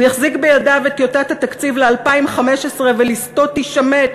הוא יחזיק בידיו את טיוטת התקציב ל-2015 ולסתו תישמט.